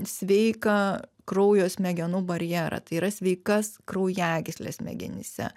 sveiką kraujo smegenų barjerą tai yra sveikas kraujagysles smegenyse